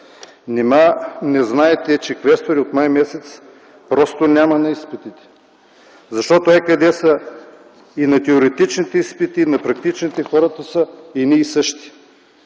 не знаете, че квестори от м. май просто няма на изпитите? Защото ей къде са – и на теоретичните изпити, и на практичните хората са едни и същи.